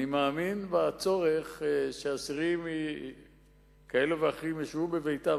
אני מאמין בצורך שאסירים כאלה ואחרים ישבו בביתם,